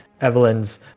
Evelyn's